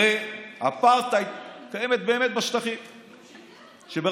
הרי אפרטהייד קיים באמת בשטחים שברשות,